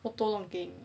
auto log in